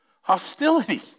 hostility